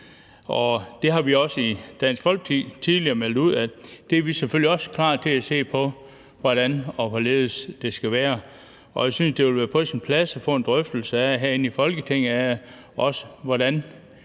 tidligere i Dansk Folkeparti meldt ud, at vi selvfølgelig også er klar til at se på, hvordan og hvorledes det skal være, og jeg synes, det ville være på sin plads at få en drøftelse herinde i Folketinget af, hvordan